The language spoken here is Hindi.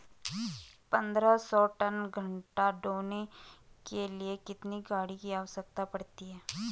पन्द्रह सौ टन गन्ना ढोने के लिए कितनी गाड़ी की आवश्यकता पड़ती है?